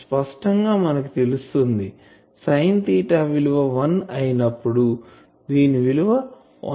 స్పష్టం గా మనకు తెలుస్తుంది సైన్ తీటా విలువ1 అయినప్పుడు దీని విలువ 1